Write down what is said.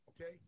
okay